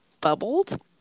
Bubbled